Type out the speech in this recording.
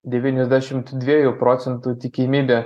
devyniasdešimt dviejų procentų tikimybę